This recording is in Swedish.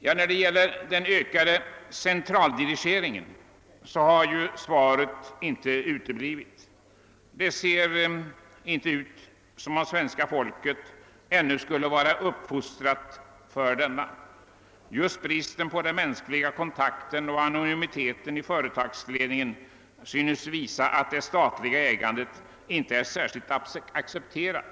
När det gäller den ökade centraldirigeringen har svaret inte uteblivit. Det ser inte ut som om svenska folket ännu skulle vara uppfostrat för denna. Just bristen på den mänskliga kontakten och anonymiteten i företagsledningen synes visa att det statliga ägandet inte är särskilt accepterat.